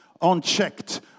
unchecked